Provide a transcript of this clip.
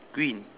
green